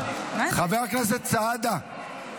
חבר הכנסת סעדה.